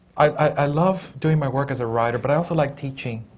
i love doing my work as a writer, but i also like teaching.